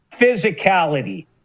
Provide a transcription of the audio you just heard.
physicality